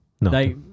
No